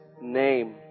name